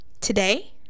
today